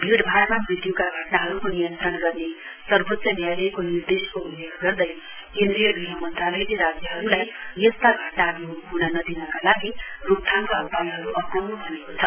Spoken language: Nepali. भीड़भाइमा मृत्य्का घटनाहरुको नियन्त्रण गर्ने सर्वोच्च न्यायालयको निर्देशको उल्लेख गर्दै केन्द्रीय गृह मन्त्रालयले राज्यहरुलाई यस्ता घटनाहरु हुन नदिनका लागि रोकथामका उपायहरु अप्नाउन् भनेको छ